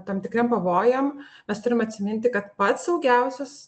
tam tikriem pavojam mes turim atsiminti kad pats saugiausias